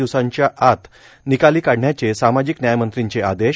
दिवसाच्या आत निकाली काढण्याचे सामाजिक न्यायमंत्रीचे आदेश